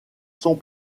sont